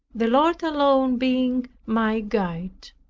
the lord alone being my guide.